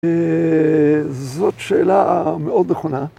זאת שאלה מאוד נכונה.